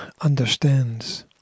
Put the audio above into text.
understands